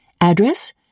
Address